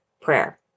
prayer